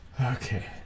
Okay